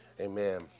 Amen